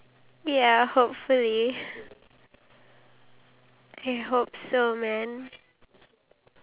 oh but I also want to try that the fried banana with cheese